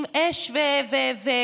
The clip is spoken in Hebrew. עם אש ופירוטכניקה,